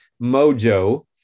Mojo